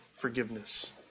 forgiveness